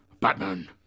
Batman